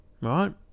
right